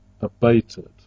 abated